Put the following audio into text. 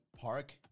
Park